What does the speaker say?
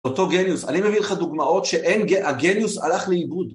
אותו גניוס, אני מביא לך דוגמאות שהגניוס הלך לעיבוד.